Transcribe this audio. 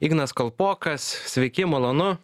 ignas kalpokas sveiki malonu